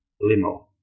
Limo